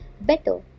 better